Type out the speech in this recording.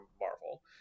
Marvel